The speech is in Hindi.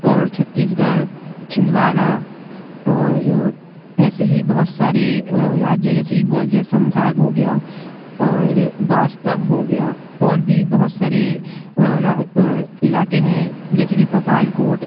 और छत्तीसगढ़ छिंदवाड़ा और ऐसे ही बहुत सारे राज्य है जैसे कि ग्वालियर संभाग हो गया और वास्तव हो गया और भी बहहुत सारे इलाक़े हैं जैसे कि पातालकोट